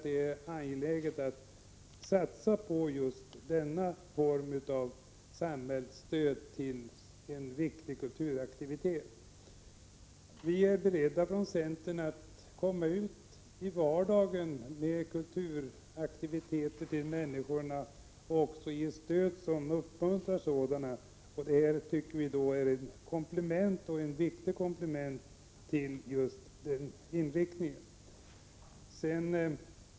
Det är angeläget att satsa på denna form av samhällsstöd till en viktig kulturaktivitet. Från centerns sida är vi beredda att stödja och uppmuntra till kulturaktiviteter för människorna i deras vardag. Det tycker vi är ett viktigt komplement.